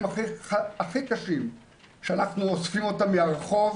הכי קשים שאנחנו אוספים אותם מהרחוב,